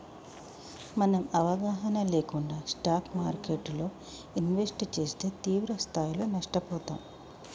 మనం అవగాహన లేకుండా స్టాక్ మార్కెట్టులో ఇన్వెస్ట్ చేస్తే తీవ్రస్థాయిలో నష్టపోతాం